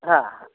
हाँ